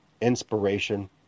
inspiration